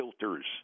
filters